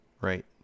right